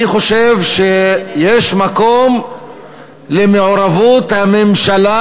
אני חושב שיש מקום למעורבות הממשלה